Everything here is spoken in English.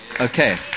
Okay